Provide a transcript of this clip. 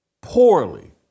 poorly